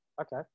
Okay